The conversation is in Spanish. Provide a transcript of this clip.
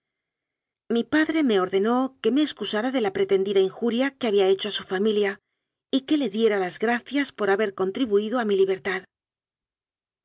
mi padre me ordenó que me excusara de la pretendida injuria que había hecho a su familia y que le diera las gracias por haber contribuido a mi libertad